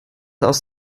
aus